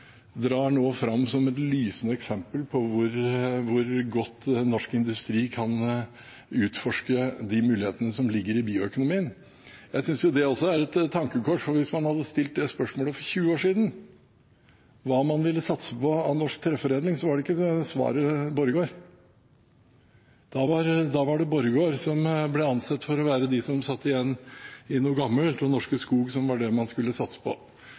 nå drar fram som et lysende eksempel på hvor godt norsk industri kan utforske de mulighetene som ligger i bioøkonomien. Jeg synes det også er et tankekors, for hvis man hadde stilt det spørsmålet for 20 år siden, hva man ville satse på av norsk treforedling, var ikke svaret Borregaard. Da var det Borregaard som ble ansett for å være de som satt igjen i noe gammelt, og Norske Skog som var det man skulle satse på.